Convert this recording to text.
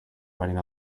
writing